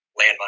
landmine